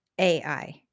AI